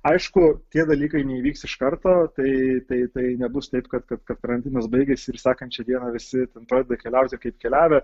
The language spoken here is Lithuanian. aišku tie dalykai neįvyks iš karto tai tai tai nebus taip kad kad kad karantinas baigėsi ir sekančią dieną visi ten pradeda keliauti kaip keliavę